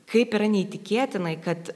kaip yra neįtikėtinai kad